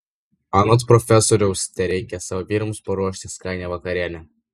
anot profesoriaus tereikia savo vyrams paruošti skanią vakarienę